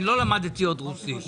אני לא למדתי עוד רוסית.